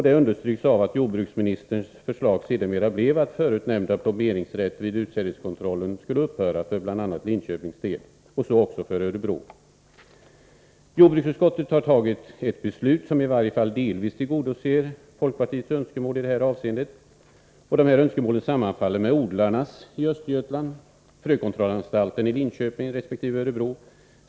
Det understryks av att jordbruksministerns förslag sedermera blev att förut nämnda plomberingsrätt vid utsädeskontroll skulle upphöra för Linköpings och Örebros del. Jordbruksutskottet har tagit ett beslut som i varje fall delvis tillgodoser folkpartiets önskemål. Dessa sammanfaller med önskemål framförda från odlarna i Östergötland och från frökontrollanstalten i Linköping resp. Örebro.